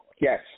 Yes